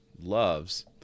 loves